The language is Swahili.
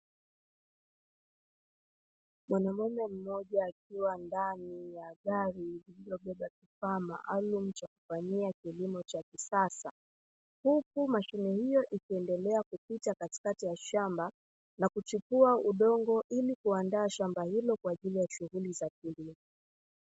Mwanaume mmoja akiwa ndani ya gari lilobeba kifaa maalumu cha kufanyia kilimo cha kisasa, huku mashine hiyo ikiendelea kupita katikati ya shamba na kuchipua udongo ili kundaa shamba hilo kwa ajili ya shughuli za kilimo.